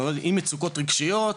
נתמודד עם מצוקות רגשיות,